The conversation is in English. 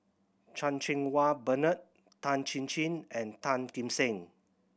Chan Cheng Wah Bernard Tan Chin Chin and Tan Kim Seng